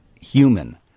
human